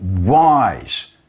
wise